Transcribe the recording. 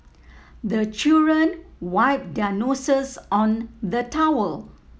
the children wipe their noses on the towel